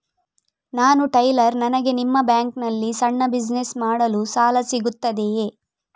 ನಾನು ಟೈಲರ್, ನನಗೆ ನಿಮ್ಮ ಬ್ಯಾಂಕ್ ನಲ್ಲಿ ಸಣ್ಣ ಬಿಸಿನೆಸ್ ಮಾಡಲು ಸಾಲ ಸಿಗುತ್ತದೆಯೇ?